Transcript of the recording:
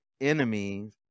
enemies